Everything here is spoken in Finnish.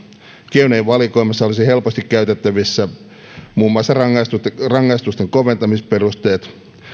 keinojen valikoimassa olisi helposti käytettävissä muun muassa rangaistusten koventamisperusteet